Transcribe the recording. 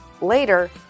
Later